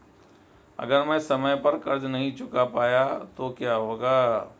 अगर मैं समय पर कर्ज़ नहीं चुका पाया तो क्या होगा?